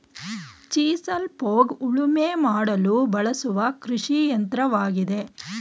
chisel plough ಉಳುಮೆ ಮಾಡಲು ಬಳಸುವ ಕೃಷಿಯಂತ್ರವಾಗಿದೆ